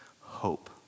hope